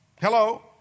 Hello